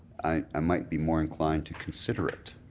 i might be more inclined to consider it.